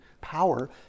power